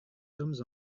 sommes